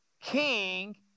King